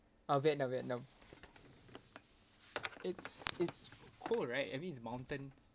uh vietnam vietnam it's it's cold right I mean it's mountains